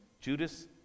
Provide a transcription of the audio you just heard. Judas